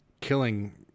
killing